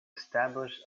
establish